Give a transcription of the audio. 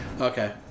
Okay